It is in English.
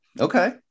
Okay